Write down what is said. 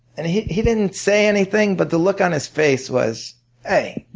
and he he didn't say anything but the look on his face was hey,